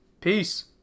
Peace